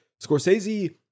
scorsese